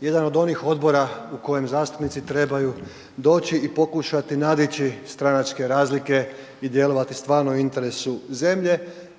jedan od onih odbora u kojem zastupnici trebaju doći i pokušati nadići stranačke razlike i djelovati stvarno u interesu zemlje